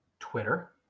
Twitter